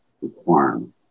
requirement